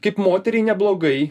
kaip moteriai neblogai